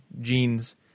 jeans